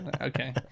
okay